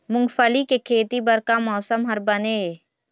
मूंगफली के खेती बर का मौसम हर बने ये?